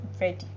ready